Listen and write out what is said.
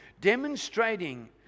demonstrating